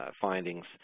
findings